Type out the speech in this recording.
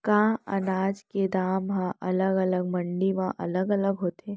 का अनाज के दाम हा अलग अलग मंडी म अलग अलग होथे?